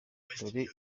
dore